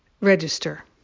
register